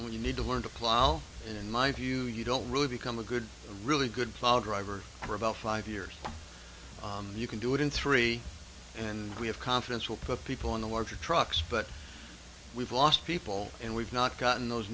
when you need to learn to plow in my view you don't really become a good a really good plow driver for about five years you can do it in three and we have confidence will put people in the larger trucks but we've lost people and we've not gotten those